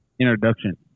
introduction